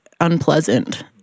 unpleasant